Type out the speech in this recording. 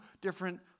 different